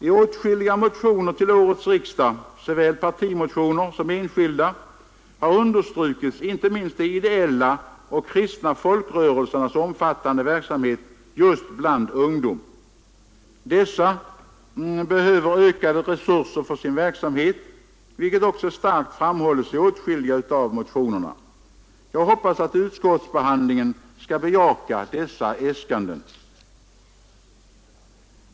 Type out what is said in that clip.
I åtskilliga motioner till årets riksdag — såväl partimotioner som enskilda — har understrukits inte minst de ideella och kristna folkrörelsernas omfattande verksamhet just bland ungdom. Dessa behöver ökade resurser för sin verksamhet, vilket också starkt framhållits i åtskilliga av motionerna. Jag hoppas att utskottsbehandlingen skall bejaka dessa äskanden.